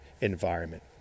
environment